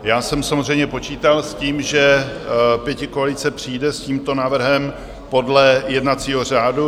Já jsem samozřejmě počítal s tím, že pětikoalice přijde s tímto návrhem podle jednacího řádu.